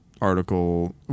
article